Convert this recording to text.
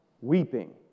weeping